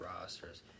rosters